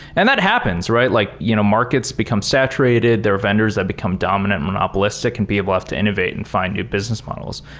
and that happens, right? like you know markets become saturated. there are vendors that become dominant and monopolistic and people have to innovate and find new business models.